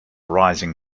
rising